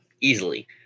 easily